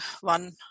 one